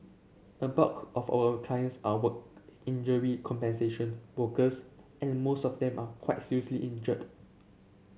a bulk of our clients are work injury compensation workers and most of them are quite seriously injured